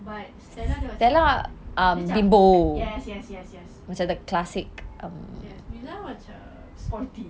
but stella dia macam yes yes yes musa macam sporty